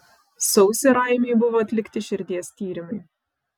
sausį raimiui buvo atlikti širdies tyrimai